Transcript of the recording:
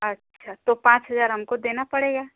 अच्छा तो पाँच हज़ार हमको देना पड़ेगा